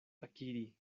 akiri